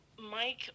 Mike